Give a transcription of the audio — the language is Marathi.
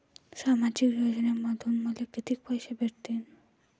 सामाजिक योजनेमंधून मले कितीक पैसे भेटतीनं?